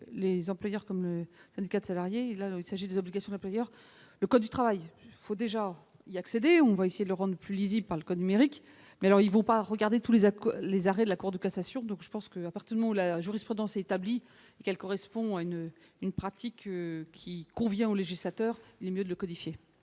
les employeurs, comme le syndicat de salariés il il s'agit des obligations un peu ailleurs, le code du travail, faut déjà il y accéder, on va essayer de le rendre plus lisible par le code numérique mais alors il faut pas regarder tous les accords, les arrêts de la Cour de cassation, donc je pense que l'appartement ou la jurisprudence établie qu'elle correspond à une pratique qui convient au législateur mieux de codifier.